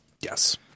Yes